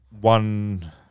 one